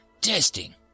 testing